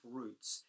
roots